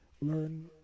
learn